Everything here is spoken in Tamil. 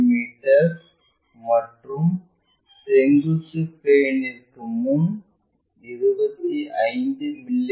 மீ மற்றும் செங்குத்து பிளேன்ற்கு முன் 25 மி